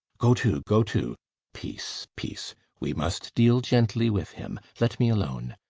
go to, go to peace, peace we must deal gently with him let me alone.